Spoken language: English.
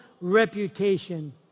reputation